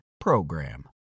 PROGRAM